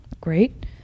great